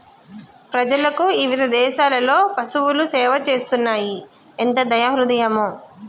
ప్రజలకు ఇవిధ దేసాలలో పసువులు సేవ చేస్తున్నాయి ఎంత దయా హృదయమో